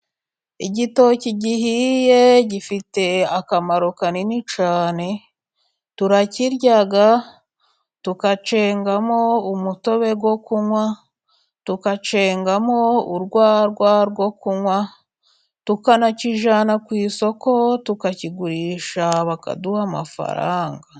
Igitoki gihiye gifite akamaro kanini cyane, turakirya tukacyengamo umutobe wo kunywa, tukacyengamo urwagwa rwo kunywa, tukanakijyana ku isoko tukakigurisha, bakaduha amafaranga.